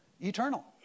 eternal